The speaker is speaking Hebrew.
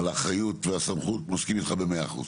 על האחריות והסמכות אני מסכים איתך ב-100 אחוז.